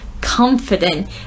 confident